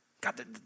God